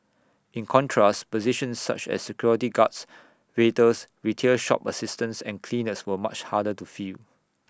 in contrast positions such as security guards waiters retail shop assistants and cleaners were much harder to fill